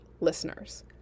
listeners